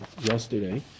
yesterday